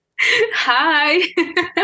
Hi